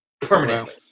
permanently